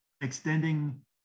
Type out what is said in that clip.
extending